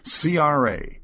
CRA